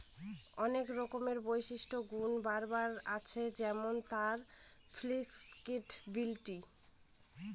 অনেক রকমের বিশিষ্ট গুন রাবারের আছে যেমন তার ফ্লেক্সিবিলিটি